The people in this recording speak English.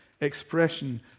expression